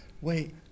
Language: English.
Wait